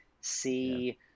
see